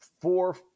four